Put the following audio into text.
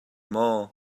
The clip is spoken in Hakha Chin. maw